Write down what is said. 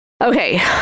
okay